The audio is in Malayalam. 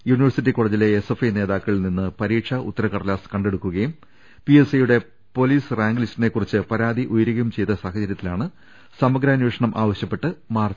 യൂണിവേഴ്സിറ്റി കോള ജിലെ എസ്എഫ്ഐ നേതാക്കളിൽ നിന്ന് പരീക്ഷാ ഉത്തരക്കടലാസ് കണ്ടെടുക്കുകയും പിഎസ്സിയുടെ പൊലീസ് റാങ്ക് ലിസ്റ്റിനെ കുറിച്ച് പരാതി ഉയരുകയും ചെയ്ത സാഹചരൃത്തിലാണ് സമഗ്രാന്വേഷണം ആവശ്യപ്പെട്ട് മാർച്ച്